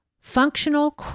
Functional